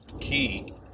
Key